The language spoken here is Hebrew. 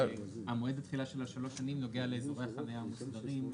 מועד התחילה של השלוש שנים נוגע להסדרי חניה מוסדרים.